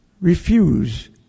refuse